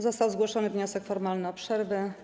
Został zgłoszony wniosek formalny o przerwę.